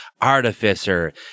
artificer